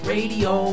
Radio